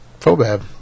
Phobab